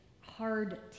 hard